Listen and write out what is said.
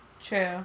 true